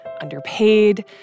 underpaid